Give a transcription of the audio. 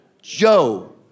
Joe